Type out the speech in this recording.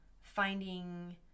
finding